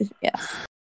yes